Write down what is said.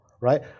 right